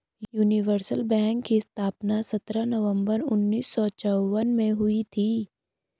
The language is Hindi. यूनिवर्सल बैंक की स्थापना सत्रह नवंबर उन्नीस सौ चौवन में हुई थी